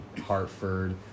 Hartford